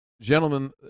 gentlemen